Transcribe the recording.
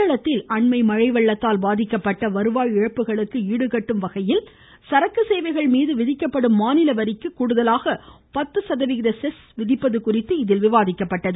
கேரளாவில் அண்மை மழை வெள்ளத்தால் பாதிக்கப்பட்ட வருவாய் இழப்புகளுக்கு ஈடுகட்டும் வகையில் சரக்கு சேவைகள் மீது விதிக்கப்படும் மாநில வரிக்கு கூடுதலாக பத்து சதவீத செஸ் விதிப்பது குறித்து இதில் விவாதிக்கப்பட்டது